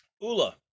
Ula